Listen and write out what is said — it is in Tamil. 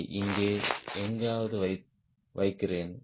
யை இங்கே எங்காவது வைக்கிறேன்